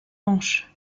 hanche